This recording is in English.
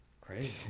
crazy